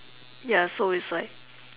ya so it's like